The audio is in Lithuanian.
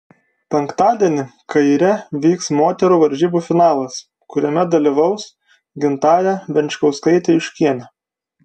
penktadienį kaire vyks moterų varžybų finalas kuriame dalyvaus gintarė venčkauskaitė juškienė